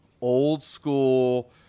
old-school